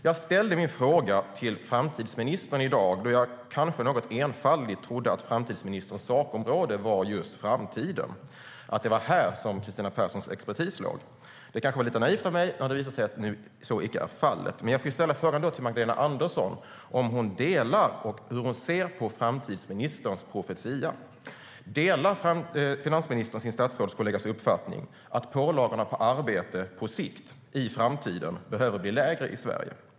Jag ställde min fråga till framtidsministern då jag kanske något enfaldigt trodde att framtidsministerns sakområde var just framtiden och att det var här som Kristina Perssons expertis låg. Det var kanske lite naivt av mig när det visade sig att så icke är fallet. Men jag får då ställa frågan till Magdalena Andersson om hon delar, och hur hon ser på, framtidsministerns profetia. Delar finansministern sin statsrådskollegas uppfattning att pålagorna på arbete på sikt i framtiden behöver bli lägre i Sverige?